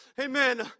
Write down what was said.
Amen